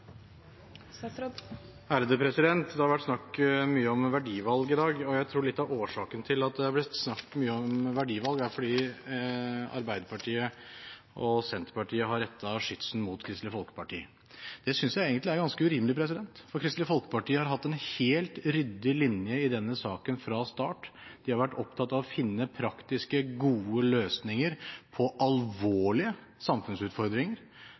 Det har vært mye snakk om verdivalg i dag. Jeg tror litt av årsaken til at det har blitt snakket mye om verdivalg, er at Arbeiderpartiet og Senterpartiet har rettet skytset mot Kristelig Folkeparti. Det synes jeg egentlig er ganske urimelig. Kristelig Folkeparti har hatt en helt ryddig linje i denne saken fra start. De har vært opptatt av å finne praktiske, gode løsninger på alvorlige samfunnsutfordringer